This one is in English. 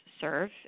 serve